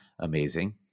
amazing